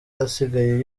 asigaye